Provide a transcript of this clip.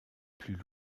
plus